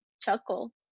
chuckle